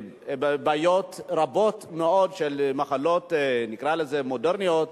בעיות רבות מאוד של מחלות, נקרא לזה מודרניות,